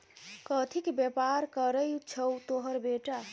कथीक बेपार करय छौ तोहर बेटा?